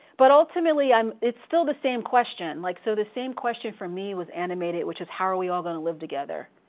but ultimately um it's still the same question. like so the same question for me was animated which is how are we all gonna live together?